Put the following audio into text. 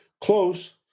Close